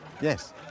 Yes